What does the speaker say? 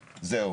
הזה,